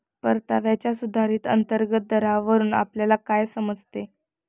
परताव्याच्या सुधारित अंतर्गत दरावरून आपल्याला काय समजते?